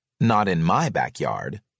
not-in-my-backyard